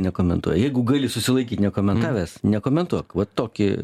nekomentuoja jeigu gali susilaikyt nekomentavęs nekomentuok va tokį